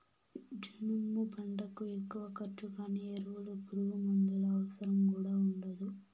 జనుము పంటకు ఎక్కువ ఖర్చు గానీ ఎరువులు పురుగుమందుల అవసరం కూడా ఉండదు